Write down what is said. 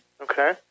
Okay